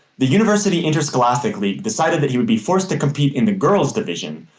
the university interscholastic league decided that he would be forced to compete in the girls division,